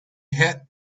had